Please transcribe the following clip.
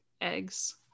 eggs